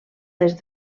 des